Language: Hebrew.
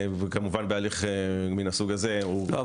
וכמובן בהליך מן הסוג הזה - ואין כאן שוני.